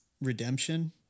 redemption